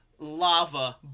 lava